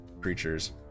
creatures